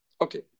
Okay